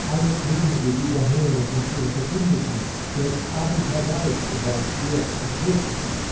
alle könige dieser meere sind ihre verbündeten selbst abu tawaif gehorcht ihr und fürchtet sie